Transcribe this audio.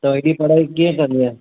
त ऐॾी पढ़ाई कीअं कंदीअ